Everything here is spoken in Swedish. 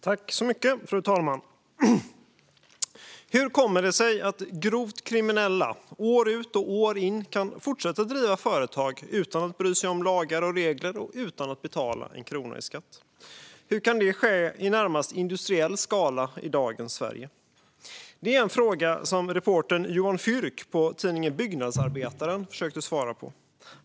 Fru talman! Hur kommer det sig att grovt kriminella år ut och år in kan fortsätta driva företag utan att bry sig om lagar och regler och utan att betala en krona i skatt? Hur kan det ske i närmast industriell skala i dagens Sverige? Det är en fråga som reportern Johan Fyrk på tidningen Byggnadsarbetaren försökte svara på.